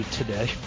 today